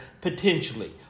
potentially